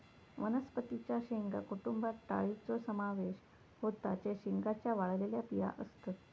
वनस्पतीं च्या शेंगा कुटुंबात डाळींचो समावेश होता जे शेंगांच्या वाळलेल्या बिया असतत